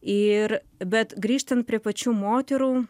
ir bet grįžtant prie pačių moterų